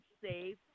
safe